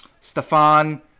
Stefan